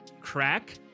crack